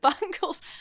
bangles